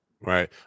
Right